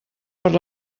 per